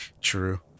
True